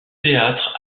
théâtre